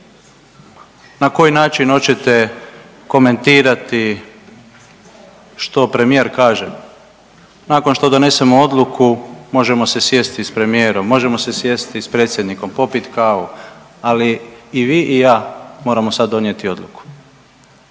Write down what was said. Na koji način hoćete komentirati što premijer kaže nakon što donesemo odluku možemo se sjesti s premijerom, možemo se sjesti s predsjednikom, popiti kavu, ali i vi i ja moramo sada donijeti odluku.